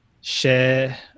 share